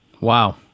Wow